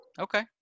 Okay